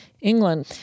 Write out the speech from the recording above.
England